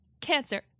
cancer